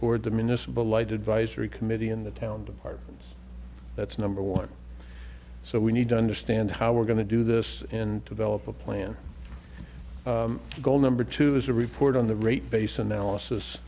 board the municipal light advisory committee in the town departments that's number one so we need to understand how we're going to do this and develop a plan goal number two is a report on the rate base analysis